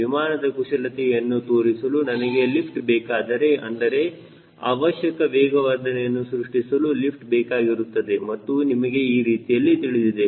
ವಿಮಾನದ ಕುಶಲತೆಯನ್ನು ತೋರಿಸಲು ನನಗೆ ಲಿಫ್ಟ್ ಬೇಕಾದರೆ ಅಂದರೆ ಅವಶ್ಯಕ ವೇಗವರ್ಧನೆಯನ್ನು ಸೃಷ್ಟಿಸಲು ಲಿಫ್ಟ್ ಬೇಕಾಗಿರುತ್ತದೆ ಮತ್ತು ನಿಮಗೆ ಈ ರೀತಿಯಲ್ಲಿ ತಿಳಿದಿದೆ